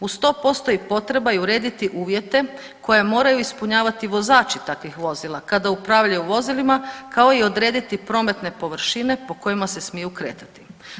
Uz to postoji i potreba i urediti uvjete koje moraju ispunjavati vozači takvih vozila kada upravljaju vozilima kao i odrediti prometne površine po kojima se smiju kretati.